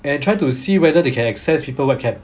and trying to see whether they can access people webcam